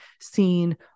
seen